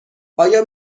آیا